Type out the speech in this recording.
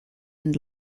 and